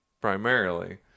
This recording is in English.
primarily